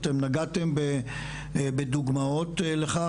אתם נגעתם בדוגמאות לכך,